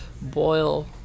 boil